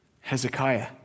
Hezekiah